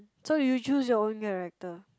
so you choose your own character